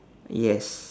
yes